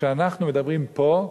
כשאנחנו מדברים פה,